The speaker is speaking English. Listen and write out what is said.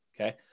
Okay